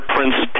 Prince